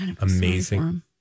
amazing